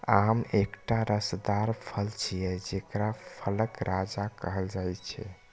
आम एकटा रसदार फल छियै, जेकरा फलक राजा कहल जाइ छै